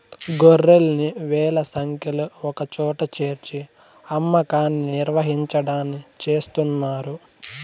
గొర్రెల్ని వేల సంఖ్యలో ఒకచోట చేర్చి అమ్మకాన్ని నిర్వహించడాన్ని చేస్తున్నారు